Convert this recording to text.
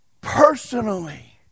personally